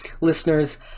listeners